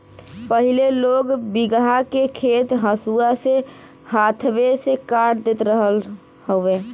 पहिले लोग बीघहा के खेत हंसुआ से हाथवे से काट देत रहल हवे